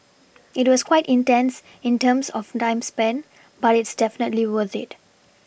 it was quite intense in terms of time spent but it's definitely worth it